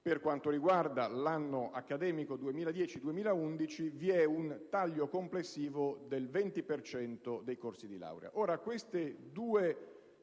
Per quanto riguarda l'anno accademico 2010-2011, vi è un taglio complessivo del 20 per cento dei corsi di laurea. Queste due